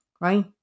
right